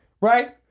right